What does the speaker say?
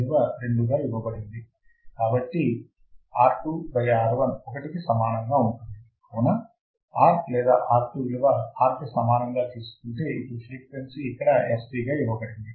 కాబట్టి R2 R1 1 కి సమానంగా ఉంటుంది అవునా R లేదా R2 విలువ R కి సమానముగా తీసుకుంటే ఇప్పుడు ఫ్రీక్వెన్సీ ఇక్కడ Fc గా ఇవ్వబడింది